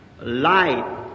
light